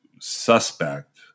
suspect